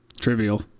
trivial